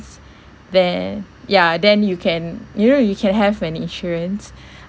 there ya then you can you know you can have an insurance